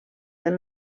del